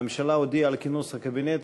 הממשלה הודיעה על כינוס הקבינט.